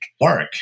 work